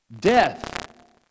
death